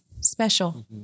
special